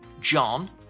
John